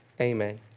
Amen